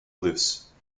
loose